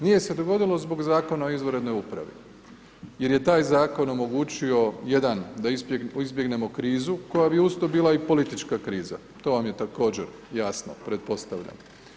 Nije se dogodilo zbog zakona o izvanrednoj upravi, jer je taj zakon omogućio jedan da izbjegnemo krizu koja bi uz to bila i politička kriza, to vam je također jasno, pretpostavljam.